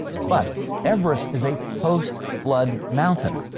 but everest is a post-flood mountain.